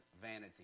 vanity